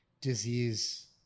disease